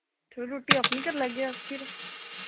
चलो रुट्टी अपनी कर लैगे अस फिर